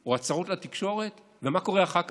או הצהרות לתקשורת, ומה קורה אחר כך?